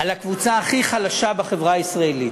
על הקבוצה הכי חלשה בחברה הישראלית.